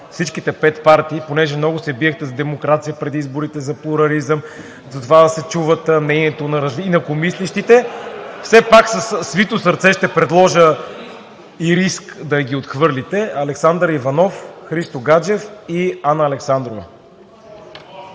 всичките пет партии. Понеже много се биехте за демокрация преди изборите, за плурализъм, за това да се чува мнението на инакомислещите, все пак със свито сърце и риск да ги отхвърлите ще предложа Александър Иванов, Христо Гаджев и Анна Александрова.